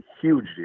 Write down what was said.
huge